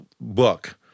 book